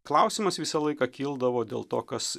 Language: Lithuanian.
klausimas visą laiką kildavo dėl to kas